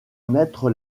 mettre